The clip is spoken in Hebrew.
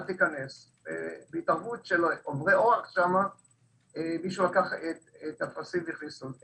הייתה התערבות של עוברי אורח שמילאו לו את הטפסים ונתנו לו להיכנס.